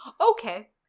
Okay